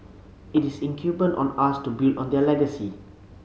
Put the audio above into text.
it is incumbent on us to build on their legacy